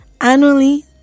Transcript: annually